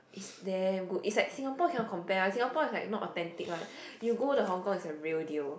it's damn good it's like Singapore cannot compare one Singapore is like not authentic one you go to hong-kong and it's the real deal